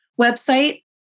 website